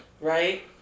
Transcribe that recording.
Right